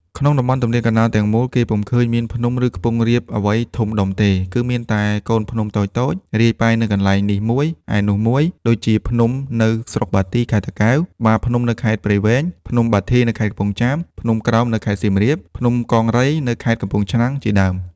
ក្នុងតំបន់ទំនាបកណ្ដាលទាំងមូល គេពុំឃើញមានភ្នំ ឬខ្ពង់រាបអ្វីធំដុំទេ គឺមានតែកូនភ្នំតូចៗរាយប៉ាយនៅកន្លែងនេះមួយ ឯនោះមួយ ដូចជាភ្នំនៅស្រុកបាទី ខេត្តតាកែវ បាភ្នំនៅខេត្តព្រៃវែង ភ្នំបាធាយ នៅខេត្តកំពង់ចាម ភ្នំក្រោម នៅខេត្តសៀមរាប ភ្នំកង្រី នៅខេត្តកំពង់ឆ្នាំង ជាដើម។